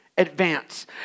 advance